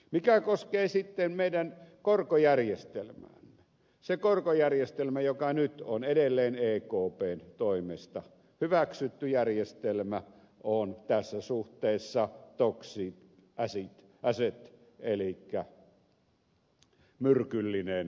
mikä koskee sitten meidän korkojärjestelmäämme niin se korkojärjestelmä joka nyt on edelleen ekpn toimesta hyväksytty järjestelmä on tässä suhteessa toxic asset elikkä myrkyllinen omaisuuserä